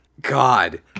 God